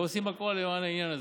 ועושים הכול למען העניין הזה.